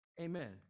Amen